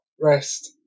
rest